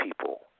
people